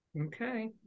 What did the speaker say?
Okay